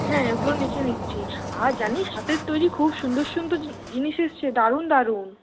হ্যাঁ ওগুলো লিখে নিচ্ছি আর জানিস হাতের তৈরি খুব সুন্দর সুন্দর জিনিস এসেছে দারুন দারুন